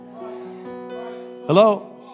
Hello